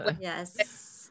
yes